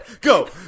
Go